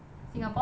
singapore